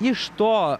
iš to